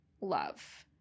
love